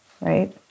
right